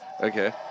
okay